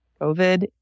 COVID